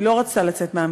היא לא רצתה לצאת מהמיטה,